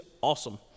awesome